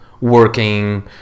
working